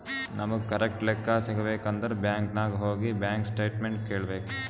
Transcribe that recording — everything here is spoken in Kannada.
ನಮುಗ್ ಕರೆಕ್ಟ್ ಲೆಕ್ಕಾ ಸಿಗಬೇಕ್ ಅಂದುರ್ ಬ್ಯಾಂಕ್ ನಾಗ್ ಹೋಗಿ ಬ್ಯಾಂಕ್ ಸ್ಟೇಟ್ಮೆಂಟ್ ಕೇಳ್ಬೇಕ್